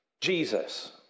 Jesus